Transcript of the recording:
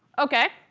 ok,